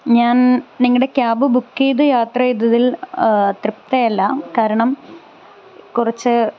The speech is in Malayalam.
ഞാൻ നിങ്ങളുടെ ക്യാബ് ബുക്ക് ചെയ്ത യാത്ര ചെയ്തതിൽ തൃപ്തയല്ല കാരണം കുറച്ച്